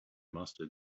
mustard